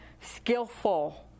skillful